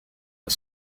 are